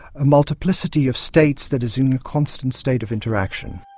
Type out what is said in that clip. a multiplicity of states that is in a constant state of interaction.